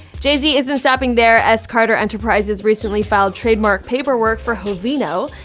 jay z isn't stopping there. s. carter enterprises recently filed trademark paperwork for hovino.